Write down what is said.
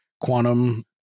quantum